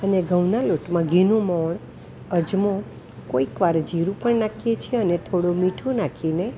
અને ઘઉના લોટમાં ઘીનું મોંણ અજમો કોઇકવાર જીરું પણ નાખીએ છીએ અને થોડું મીઠું નાખીને